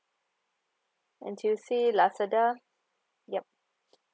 N_T_U_C lazada yup